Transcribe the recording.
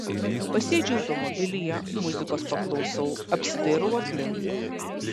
pasėdžiu automobilyje muzikos paklausau apsidairau aplink